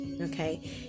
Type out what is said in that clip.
Okay